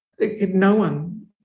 No-one